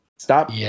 Stop